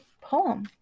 poem